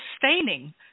sustaining